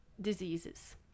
diseases